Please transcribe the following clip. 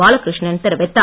பாலகிருஷ்ணன் தெரிவித்தார்